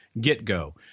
get-go